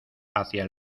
hacia